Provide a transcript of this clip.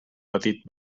petit